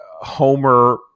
homer